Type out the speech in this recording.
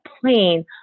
plane